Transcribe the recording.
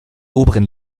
oberen